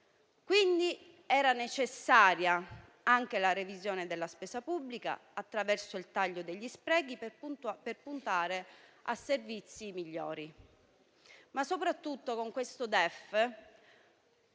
Era necessaria anche la revisione della spesa pubblica, attraverso il taglio degli sprechi per puntare a servizi migliori, ma soprattutto questo DEF